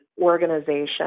organization